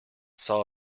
saw